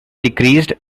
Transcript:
decreased